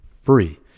free